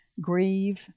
grieve